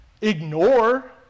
ignore